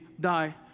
die